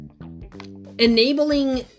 enabling